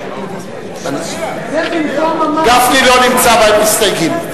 זה במקום, גפני לא נמצא במסתייגים,